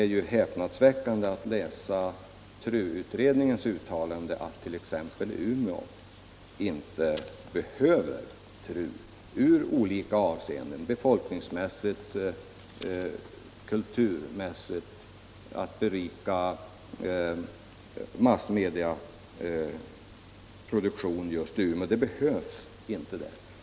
Det är häpnadsväckande att läsa TRU utredningens uttalande att t.ex. Umeå inte behöver TRU. Det behövs inte där ur befolkningsmässiga och kulturmässiga synpunkter eller för att berika massmedieproduktionen, säger utredningen.